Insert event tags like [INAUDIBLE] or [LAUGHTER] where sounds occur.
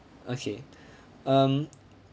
okay [BREATH] um